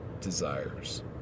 desires